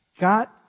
Got